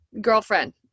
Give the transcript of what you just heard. girlfriend